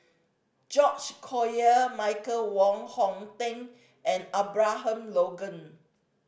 George Collyer Michael Wong Hong Teng and Abraham Logan